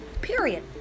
Period